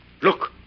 Look